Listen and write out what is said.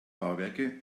bauwerke